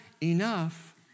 enough